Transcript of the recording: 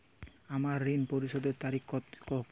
আমার ঋণ পরিশোধের তারিখ কবে?